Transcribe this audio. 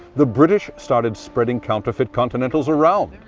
the british started spreading counterfeit continentals around.